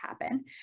happen